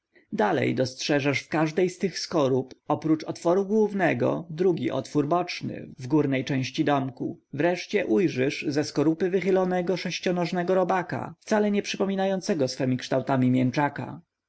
dalej dostrzeżesz w każdej z tych skorup oprócz otworu głównego drugi otwór boczny w górnej części domku wreszcie ujrzysz ze skorupy wychylonego sześcionożnego robaka wcale nie przypominającego swemi kształtami mięczaka